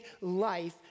life